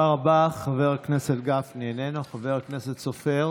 ולמה היא השעה הכי